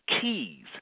keys